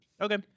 Okay